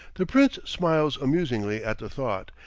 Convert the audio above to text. the prince smiles amusingly at the thought,